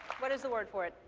what is the word for it,